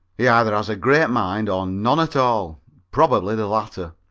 he either has a great mind or none at all probably the latter.